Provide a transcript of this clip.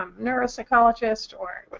um neuropsychologist, or